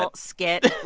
so skit